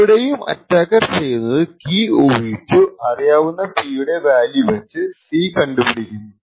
ഇവിടെയും അറ്റാക്കർ ചെയ്യുന്നത് കീ ഊഹിച്ചു അറിയാവുന്ന P യുടെ വാല്യൂ വച്ച് C കണ്ടുപിടിക്കുന്നു